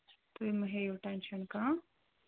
تُہۍ مہٕ ہیٚیِو ٹٮ۪نٛشَن کانٛہہ